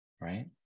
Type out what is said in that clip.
right